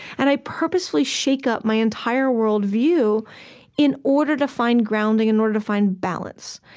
and i purposely shake up my entire worldview in order to find grounding, in order to find balance.